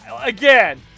Again